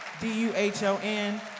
D-U-H-O-N